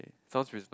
sounds reasonable